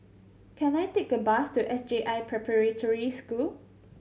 can I take a bus to S J I Preparatory School